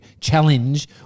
challenge